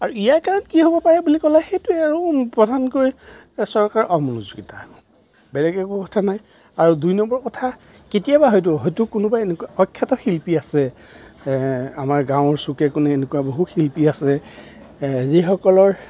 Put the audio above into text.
আৰু ইয়াৰ কাৰণ কি হ'ব বুলি ক'লে সেইটোৱে আৰু প্ৰধানকৈ চৰকাৰৰ অমনোযোগিতা বেলেগ একো কথা নাই আৰু দুই নম্বৰ কথা কেতিয়াবা হয়তো হয়তো কোনোবা এনেকুৱা অখ্যাত শিল্পী আছে আমাৰ গাঁৱৰ চুকে কোণে এনেকুৱা বহুতো শিল্পী আছে যিসকলৰ